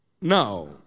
Now